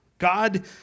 God